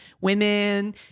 women